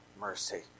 mercy